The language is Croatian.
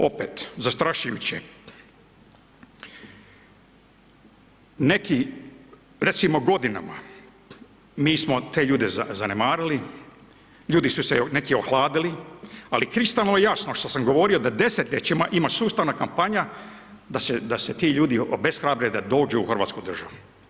Opet zastrašujuće, neki recimo godinama, mi smo te ljude zanemarili, ljudi su se neki ohladili, ali kristalno je jasno što sam govorio da desetljećima ima sustavna kampanja da se ti ljudi obeshrabre da dođu u Hrvatsku državu.